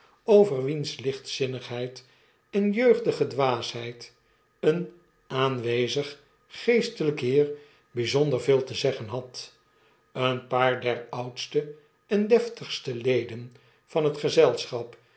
schildwacht tedrinken overwienslichtzinnigheid en jeugdige dwaasheideenaanwezig geestelyk heer byzonder veel te zeggen had een paar der oudste en deftigste leden van het gezelschap